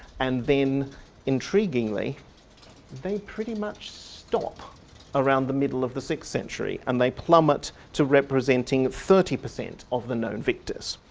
and then intriguingly they pretty much stop around the middle of the sixth century and they plummet to representing thirty percent of the known victors.